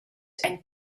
and